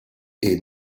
est